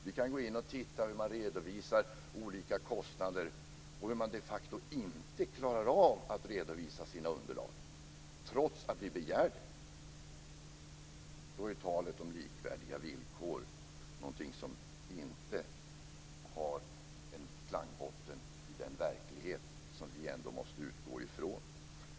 Vi kan gå in och titta på hur man redovisar olika kostnader och hur man de facto inte klarar av att redovisa sina underlag trots att vi begär det. Då är talet om likvärdiga villkor någonting som inte har en klangbotten i den verklighet som vi ändå måste utgå ifrån.